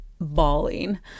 bawling